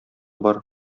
бар